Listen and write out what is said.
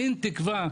אין תקווה,